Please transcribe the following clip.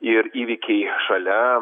ir įvykiai šalia